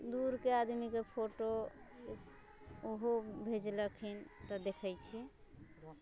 दूरके आदमीके फोटो ओहो भेजलखिन तऽ देखैत छी